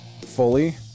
fully